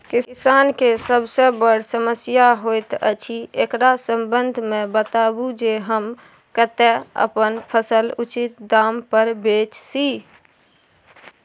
किसान के सबसे बर समस्या होयत अछि, एकरा संबंध मे बताबू जे हम कत्ते अपन फसल उचित दाम पर बेच सी?